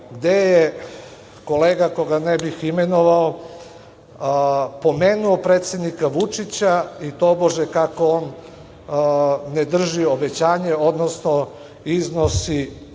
gde je kolega koga ne bih imenovao pomenuo predsednika Vučića i tobože kako on ne drži obećanje, odnosno iznosi